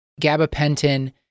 gabapentin